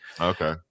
okay